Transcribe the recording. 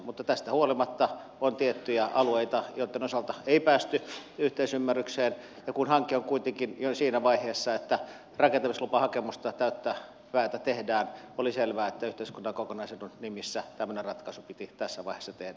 mutta tästä huolimatta on tiettyjä alueita joitten osalta ei päästy yhteisymmärrykseen ja kun hanke on kuitenkin jo siinä vaiheessa että rakentamislupahakemusta täyttä päätä tehdään oli selvää että yhteiskunnan kokonaisedun nimissä tämmöinen ratkaisu piti tässä vaiheessa tehdä